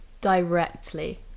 directly